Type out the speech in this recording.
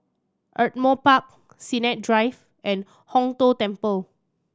Ardmore Park Sennett Drive and Hong Tho Temple